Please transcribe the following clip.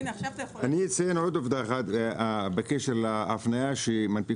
אני אציין עוד עובדה אחת בקשר להפניה שמנפיק